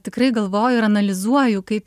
tikrai galvoju ir analizuoju kaip